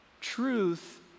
Truth